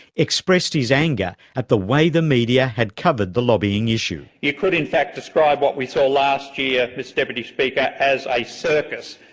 expressed his anger at the way the media had covered the lobbying issue. you could in fact describe what we saw last year, year, mr deputy speaker, as a circus,